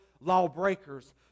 lawbreakers